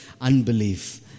unbelief